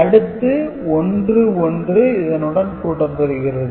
அடுத்து 11 இதனுடன் கூட்டப்படுகிறது